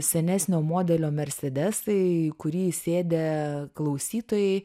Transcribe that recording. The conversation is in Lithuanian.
senesnio modelio mercedesai į kurį įsėdę klausytojai